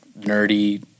nerdy